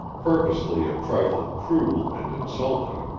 purposely a trifle cruel and insulting,